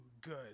good